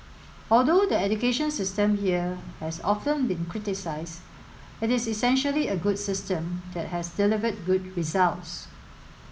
although the education system here has often been criticised it is essentially a good system that has delivered good results